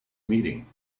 meeting